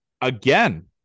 again